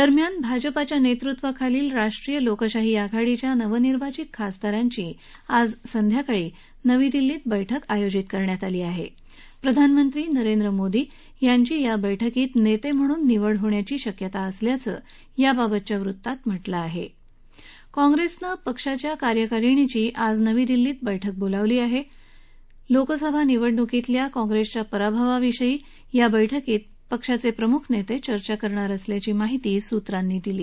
दरम्यान भाजपच्या नसिवाखालील राष्ट्रीय लोकशाही आघाडीच्या नवनिर्वाचित खासदारांची आज संध्याकाळी नवी दिल्लीत बैठक आयोजित करण्यात आली असून पंतप्रधान नरेंद्र मोदी यांची या बैठकीत नद्याप्रहणून निवड होण्याची शक्यता असल्याचं याबाबतच्या वृत्तात म्हाती आहा काँग्रस्तीं पक्षाच्या कार्यकारी समितीची आज नवी दिल्लीत बैठक होणार आह क्रोकसभा निवडणुकीतल्या पराभवावर या बैठकीत पक्षाच प्रिमुख नत्ताचिर्चा करणार असल्याची माहिती सूत्रांनी दिली